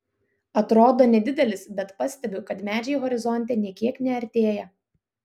atrodo nedidelis bet pastebiu kad medžiai horizonte nė kiek neartėja